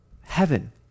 heaven